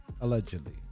allegedly